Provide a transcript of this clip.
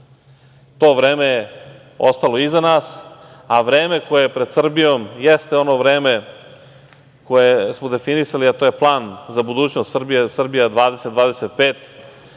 vreme je ostalo iza nas, a vreme koje je pred Srbijom jeste ono vreme koje smo definisali, a to je plan za budućnost Srbije „Srbija 2025“,